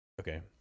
okay